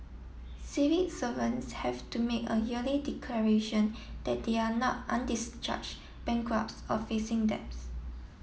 civic servants have to make a yearly declaration that they are not undischarged bankrupts or facing debts